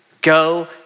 Go